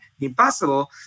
Impossible